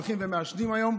הולכים ומעשנים היום.